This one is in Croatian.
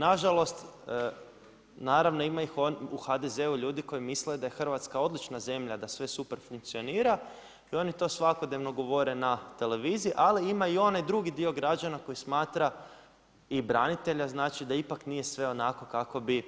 Nažalost, naravno ima u HDZ-u ljudi koji misle da je Hrvatska odlična zemlja, da sve super funkcionira i oni to svakodnevno govore na televiziji ali ima i onaj drugi dio građana koji smatra i branitelja znači da ipak nije sve onako kako bi